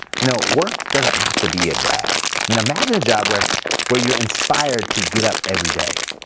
you know work doesn't have to be a drag. i mean imagine a job where where you're inspired to get up everyday.